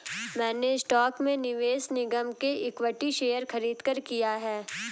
मैंने स्टॉक में निवेश निगम के इक्विटी शेयर खरीदकर किया है